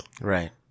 Right